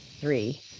three